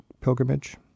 pilgrimage